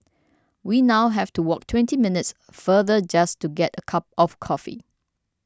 we now have to walk twenty minutes farther just to get a cup of coffee